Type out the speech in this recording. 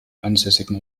ansässigen